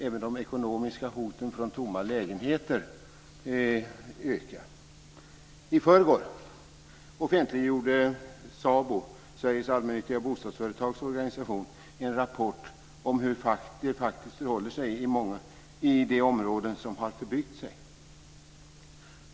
Även de ekonomiska hoten från tomma lägenheter ökar. I förrgår offentliggjorde SABO, Sveriges allmännyttiga bostadsföretags organisation, en rapport om hur det faktiskt förhåller sig i de områden som har förbyggt sig.